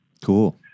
Cool